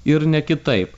ir ne kitaip